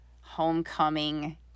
homecoming